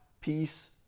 peace